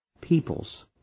peoples